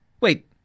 Wait